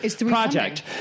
project